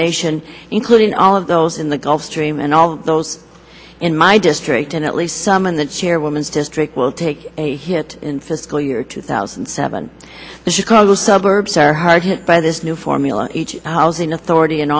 nation including all of those in the gulf stream and all those in my district and at least some in the chairwoman district will take a hit in fiscal year two thousand and seven the chicago suburbs are hard hit by this new formula each housing authority